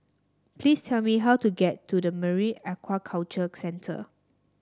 please tell me how to get to Marine Aquaculture Centre